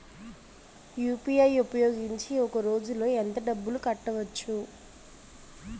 UPI ఉపయోగించి ఒక రోజులో ఎంత డబ్బులు కట్టవచ్చు?